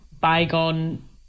bygone